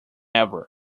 ever